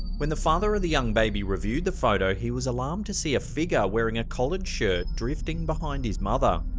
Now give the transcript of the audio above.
when the father of the young baby reviewed the photo, he was alarmed to see a figure wearing a collared shirt drifting behind his mother.